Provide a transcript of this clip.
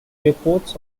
airports